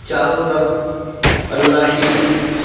چاروں طرف اللہ کی